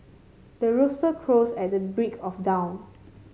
the rooster crows at the break of dawn